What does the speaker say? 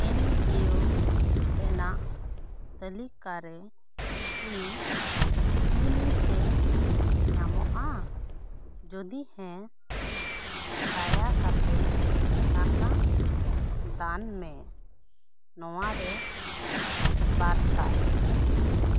NGO ᱨᱮᱱᱟᱜ ᱛᱟᱹᱞᱤᱠᱟᱨᱮ ᱠᱤ ᱤᱭᱩᱱᱤᱥᱮᱯ ᱧᱟᱢᱚᱜᱼᱟ ᱡᱩᱫᱤ ᱦᱮᱸ ᱫᱟᱭᱟᱠᱟᱛᱮ ᱴᱟᱠᱟ ᱫᱟᱱ ᱢᱮ ᱱᱚᱣᱟᱨᱮ ᱵᱟᱨᱥᱟᱭ